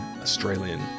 Australian